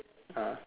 ah